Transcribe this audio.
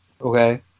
Okay